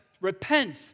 repent